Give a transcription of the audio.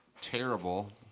terrible